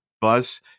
bus